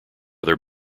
their